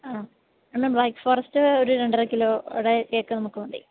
ആ എന്നാൽ black forest ഒരു രണ്ടരക്കിലോയുടെ കേക്ക് നമുക്ക് മതി